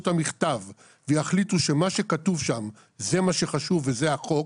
את המכתב ויחליטו שמה שכתוב שם זה מה שחשוב וזה החוק,